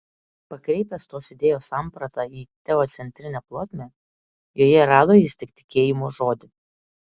pakreipęs tos idėjos sampratą į teocentrinę plotmę joje rado jis tik tikėjimo žodį